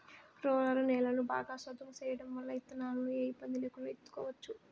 roller నేలను బాగా సదును చేయడం వల్ల ఇత్తనాలను ఏ ఇబ్బంది లేకుండా ఇత్తుకోవచ్చు